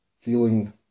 Feeling